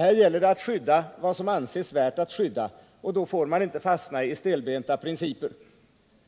Här gäller det att skydda vad som anses värt att skydda, 133 och då får man inte fastna i stelbenta principer.